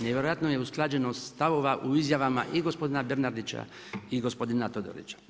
Nevjerojatno je usklađenost stavova u izjavama i gospodina Bernardića i gospodina Todorića.